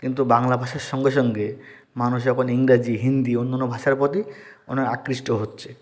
কিন্তু বাংলা ভাষার সঙ্গে সঙ্গে মানুষ এখন ইংরাজি হিন্দি অন্য অন্য ভাষার প্রতি অনেক আকৃষ্ট হচ্ছে